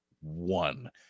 one